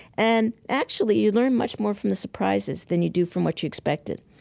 and actually, you learn much more from the surprises than you do from what you expected.